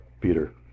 Peter